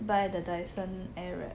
buy the Dyson airwrap